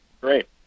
great